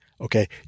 okay